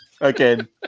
Again